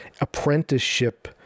apprenticeship